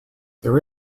there